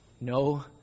No